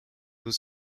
was